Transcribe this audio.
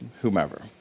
whomever